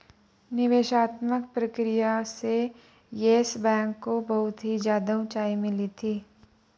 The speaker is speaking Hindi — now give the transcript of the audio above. निवेशात्मक प्रक्रिया से येस बैंक को बहुत ही ज्यादा उंचाई मिली थी